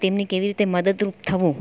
તેમને કેવી રીતે મદદરૂપ થવું